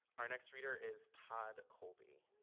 our next reader is todd colby.